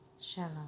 Shalom